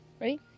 Ready